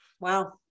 Wow